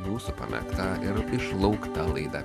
jūsų pamėgta ir išlaukta laida